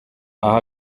aha